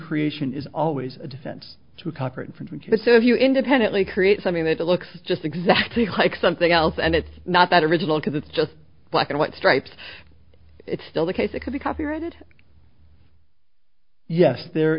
creation is always a defense to convert from this if you independently create something that looks just exactly hike something else and it's not that original because it's just black and white stripes it's still the case it could be copyrighted yes there